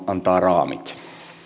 antaa raamit